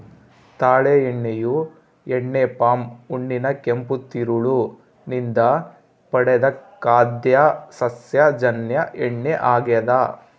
ತಾಳೆ ಎಣ್ಣೆಯು ಎಣ್ಣೆ ಪಾಮ್ ಹಣ್ಣಿನ ಕೆಂಪು ತಿರುಳು ನಿಂದ ಪಡೆದ ಖಾದ್ಯ ಸಸ್ಯಜನ್ಯ ಎಣ್ಣೆ ಆಗ್ಯದ